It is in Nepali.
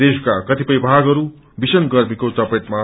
देश्का कतिपय भागहरू भीषण गर्मीको चपेटमा छ